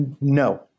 No